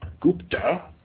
Gupta